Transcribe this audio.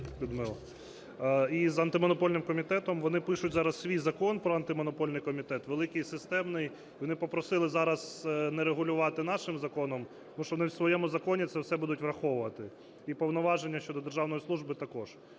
і з Антимонопольним комітетом. Вони пишуть зараз свій Закон про Антимонопольний комітет великий і системний. Вони попросили зараз не регулювати нашим законом, тому що вони в своєму законі це все будуть враховувати. І повноваження щодо державної служби також.